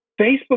Facebook